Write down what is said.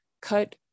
cut